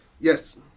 Yes